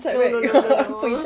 no no no no no